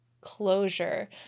closure